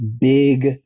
big